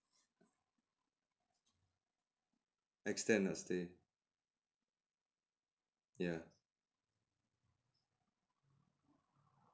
extend our stay ya